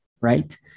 right